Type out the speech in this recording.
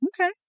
okay